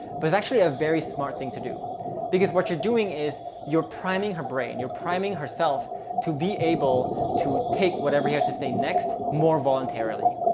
but it's actually a very smart thing to do because what you're doing is you're priming her brain, you're priming herself to be able to take whatever you have to say next, more voluntarily.